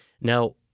Now